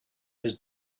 his